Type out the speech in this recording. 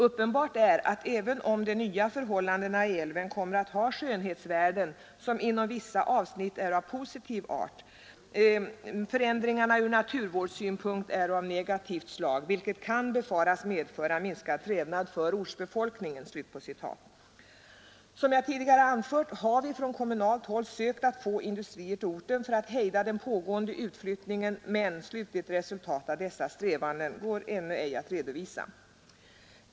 Uppenbart är att även om de nya förhållandena i älven kommer att ha skönhetsvärden, som inom vissa avsnitt äro av positiv art, befaras medföra minskad trevnad för ortsbefolkningen.” Som jag tidigare anfört har vi från kommunalt håll sökt att få industrier till orten för att hejda den pågående utflyttningen, men slutligt resultat av dessa strävanden går ännu ej att redovisa.